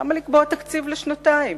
למה להסתפק בתקציב לשנתיים?